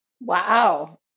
Wow